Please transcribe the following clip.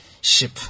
ship